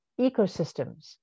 ecosystems